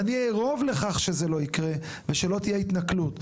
ואני אערוב לכך שזה לא יקרה ושלא תהיה התנכלות.